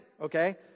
okay